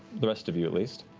the rest of you, at least.